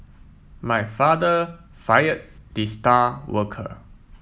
my father fired the star worker